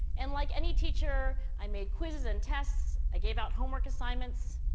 and like any teacher, i made quizzes and tests. i gave out homework assignments.